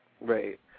Right